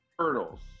turtles